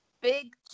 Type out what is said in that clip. big